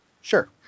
Sure